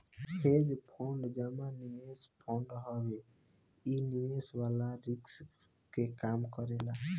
hedge fund जमा निवेश fund हवे इ निवेश वाला रिस्क के कम करेला